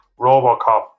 Robocop